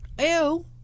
Ew